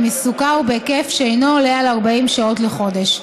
אם עיסוקה הוא בהיקף שאינו עולה על 40 שעות לחודש,